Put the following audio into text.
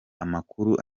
amakuru